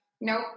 Nope